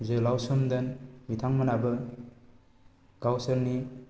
जोहोलाव सोमदोन बिथांमोनहाबो गावसोरनि